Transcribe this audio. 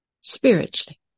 spiritually